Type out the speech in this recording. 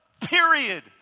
period